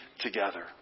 together